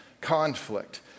conflict